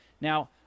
Now